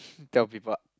tell people